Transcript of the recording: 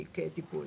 תיק טיפול.